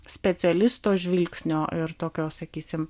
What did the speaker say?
specialisto žvilgsnio ir tokio sakysim